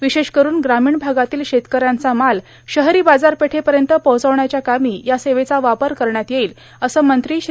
विशेष करुन ग्रामीण भागातील शेतकऱ्यांचा माल शहरो बाजारपेठेपयत पोहोर्चावण्याच्या कामी या सेवेचा वापर करण्यात येईल असं मंत्री श्री